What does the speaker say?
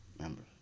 members